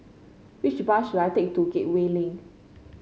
which bus should I take to Gateway Link